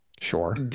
Sure